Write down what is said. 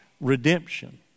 redemption